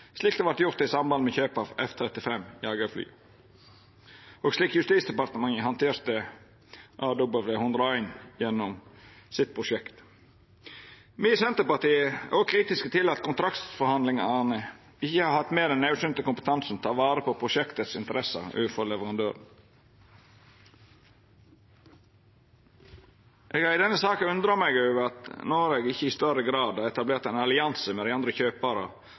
slik det vart gjort i samband med kjøp av F-35-jagarfly, og slik Justisdepartementet handterte AW101 gjennom sitt prosjekt. Me i Senterpartiet er òg kritiske til at kontraktsforhandlingane ikkje har hatt med den naudsynte kompetansen til å ta vare på prosjektet sine interesser overfor leverandøren. Eg har i denne saka undra meg over at Noreg ikkje i større grad har etablert ein allianse med dei andre